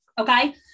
okay